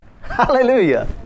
hallelujah